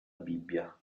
bibbia